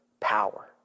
power